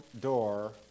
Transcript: door